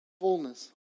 fullness